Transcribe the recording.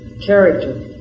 character